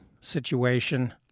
situation